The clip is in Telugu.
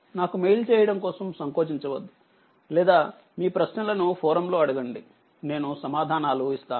నాకు మెయిల్ చేయటం కోసం సంకోచించవద్దు లేదా మీ ప్రశ్నలను ఫోరమ్ లో అడగండి నేను సమాధానాలు ఇస్తాను